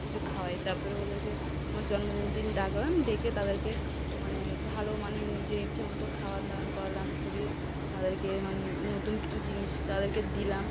কিছু খাওয়াই তারপরে ওদেরকে আমার জন্মদিনের দিন ডাকলাম ডেকে তাদেরকে মানে ভালো মানে নিজের ইচ্ছেমতো খাওয়ান দাওয়ান করালাম করিয়ে তাদেরকে মানে নতুন কিছু জিনিস তাদেরকে দিলাম